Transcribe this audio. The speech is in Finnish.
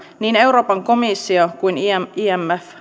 niin euroopan komissio kuin imf